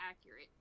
accurate